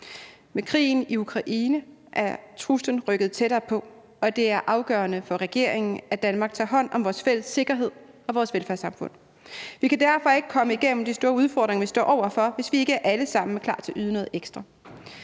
Med krigen i Ukraine er truslen rykket tættere på, og det er afgørende for regeringen, at vi i Danmark tager hånd om vores fælles sikkerhed og vores velfærdssamfund. Vi kan derfor ikke komme igennem de store udfordringer, vi står over for, hvis vi ikke alle sammen er klar til at yde noget ekstra.